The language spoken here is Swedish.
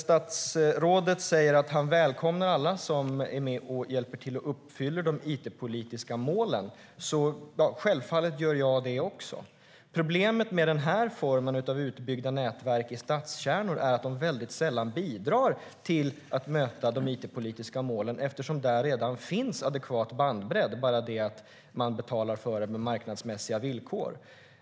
Statsrådet säger att han välkomnar alla som är med och hjälper till att uppfylla de it-politiska målen, och självfallet gör jag det också. Problemet med den här formen av utbyggda nätverk i stadskärnor är att de sällan bidrar till att möta de it-politiska målen, eftersom där redan finns adekvat bandbredd och man betalar för det med marknadsmässiga villkor.